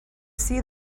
see